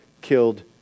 killed